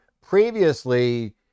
previously